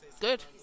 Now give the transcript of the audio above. good